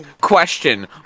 question